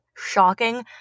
shocking